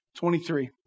23